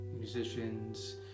musicians